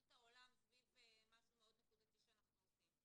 את העולם סביב משהו מאוד נקודתי שאנחנו עושים.